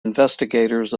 investigators